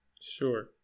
Sure